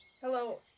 Hello